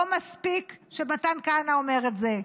לא מספיק שמתן כהנא אומר את זה.